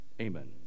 Amen